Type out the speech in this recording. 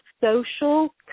social